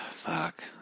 Fuck